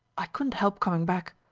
i couldn't help coming back.